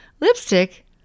Lipstick